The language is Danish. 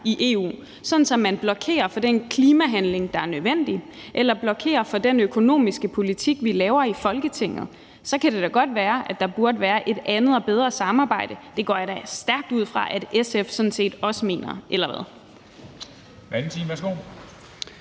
i EU, sådan at man blokerer for den klimahandling, der er nødvendig, eller blokerer for den økonomiske politik, vi laver i Folketinget, så kan det da godt være, at der burde være et andet og bedre samarbejde. Det går jeg da stærkt ud fra at SF sådan set også mener,